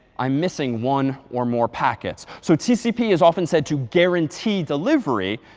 i'm missing one or more packets. so tcp is often said to guarantee delivery,